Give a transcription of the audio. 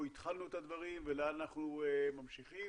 התחלנו את הדברים ולאן אנחנו ממשיכים